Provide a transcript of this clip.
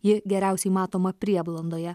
ji geriausiai matoma prieblandoje